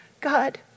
God